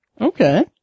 Okay